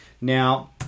Now